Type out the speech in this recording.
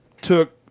took